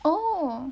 oh